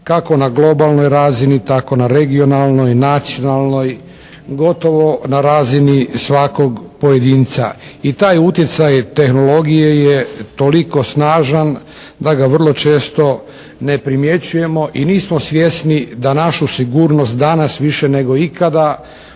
kako na globalnoj razini tako na regionalnoj, nacionalnoj, gotovo na razini svakog pojedinca. I taj utjecaj tehnologije je toliko snažan da ga vrlo često ne primjećujemo i nismo svjesni da našu sigurnost danas više nego ikada